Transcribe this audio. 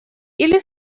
или